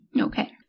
Okay